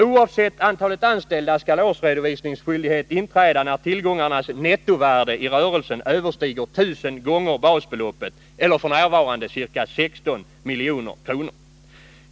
Oavsett antalet anställda skall årsredovisningsskyldighet inträda när tillgångarnas nettovärde i rörelsen överstiger 1 000 gånger basbeloppet, eller f. n. ca 16 milj.kr.